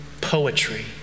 poetry